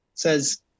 says